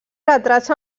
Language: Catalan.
retrats